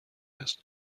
است